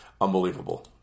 unbelievable